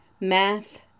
Math